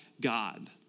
God